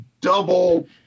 double